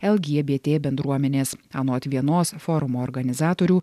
lgbt bendruomenės anot vienos forumo organizatorių